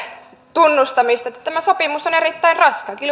tunnustamista että tämä sopimus on erittäin raskas